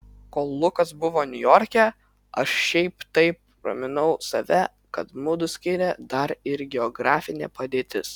kol lukas buvo niujorke aš šiaip taip raminau save kad mudu skiria dar ir geografinė padėtis